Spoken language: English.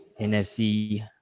NFC